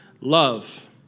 love